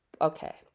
okay